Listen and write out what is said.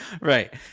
Right